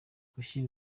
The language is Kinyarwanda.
gushyira